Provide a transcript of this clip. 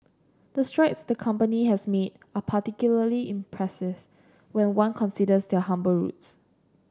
the strides the company has made are particularly impressive when one considers their humble roots